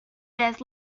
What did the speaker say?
bears